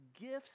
gifts